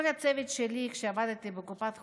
כל הצוות שלי, כשעבדתי בקופת חולים,